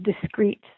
discrete